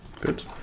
Good